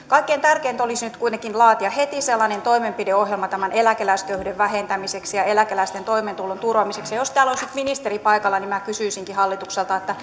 kaikkein tärkeintä olisi nyt kuitenkin laatia heti sellainen toimenpideohjelma tämän eläkeläisköyhyyden vähentämiseksi ja eläkeläisten toimeentulon turvaamiseksi ja jos täällä olisi nyt ministeri paikalla kysyisinkin hallitukselta että